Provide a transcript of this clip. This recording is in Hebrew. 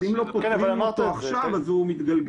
אם לא פותרים אותו עכשיו, הוא מתגלגל.